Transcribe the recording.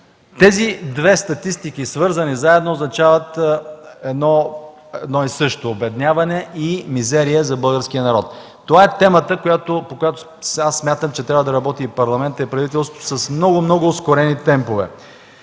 Тези две статистики, свързани заедно, означават едно и също: обедняване и мизерия за българския народ. Това е темата, по която смятам, че трябва да работят и Парламентът, и правителството с много, много ускорени темпове.